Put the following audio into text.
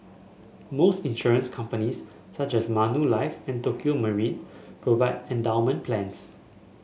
most insurance companies such as Manulife and Tokio Marine provide endowment plans